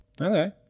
Okay